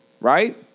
right